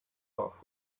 off